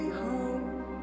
home